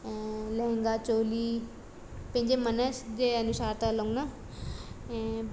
ऐं लहंगा चोली पंहिंजे मन जे अनुसार त हलूं न ऐं